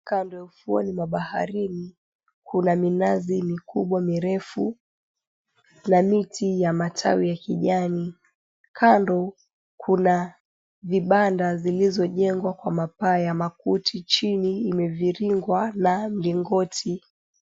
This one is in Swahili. Kando ya ufuoni mwa baharini kuna minazi mikubwa mirefu na miti ya matawi ya kijani. Kando kuna vibanda zilizojengwa kwa mapaa ya makuti. Chini imeviringwa na mlingoti.